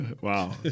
Wow